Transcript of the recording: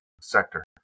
sector